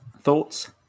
Thoughts